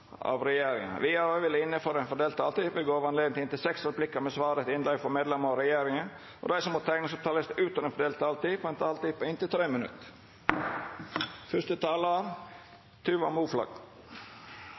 av regjeringa. Vidare vil det – innanfor den fordelte taletida – verta gjeve høve til inntil seks replikkar med svar etter innlegg frå medlemer av regjeringa, og dei som måtte teikna seg på talarlista utover den fordelte taletida, får òg ei taletid på inntil 3 minutt.